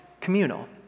communal